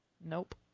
Nope